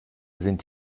sind